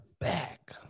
back